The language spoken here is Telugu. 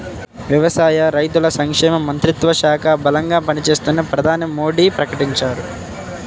వ్యవసాయ, రైతుల సంక్షేమ మంత్రిత్వ శాఖ బలంగా పనిచేస్తుందని ప్రధాని మోడీ ప్రకటించారు